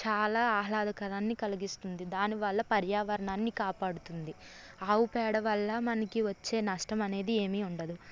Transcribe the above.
చాలా ఆహ్లాదకరాన్నీ కలిగిస్తుంది దానివల్ల పర్యావరణాన్ని కాపాడుతుంది ఆవు పేడ వల్ల మనకి వచ్చే నష్టం అనేది ఏమి ఉండదు